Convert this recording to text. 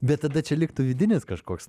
bet tada čia liktų vidinis kažkoks